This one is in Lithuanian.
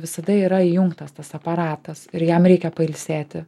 visada yra įjungtas tas aparatas ir jam reikia pailsėti